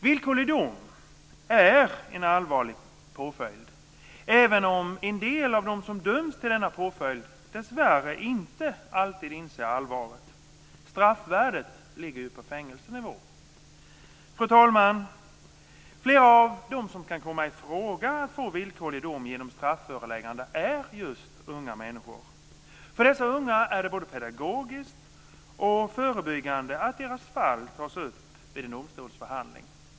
Villkorlig dom är en allvarlig påföljd även om en del av dem som döms till denna påföljd dessvärre inte alltid inser allvaret. Straffvärdet ligger på fängelsenivå. Fru talman! Flera av dem som kan komma i fråga att få villkorlig dom genom strafföreläggande är just unga människor. För dessa unga är det både pedagogiskt och förebyggande att deras fall tas upp vid en domstolsförhandling.